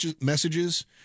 messages